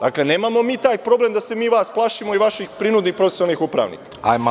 Dakle, nemamo mi taj problem da se mi vas plašimo i vaših prinudnih poslovnih upravnika.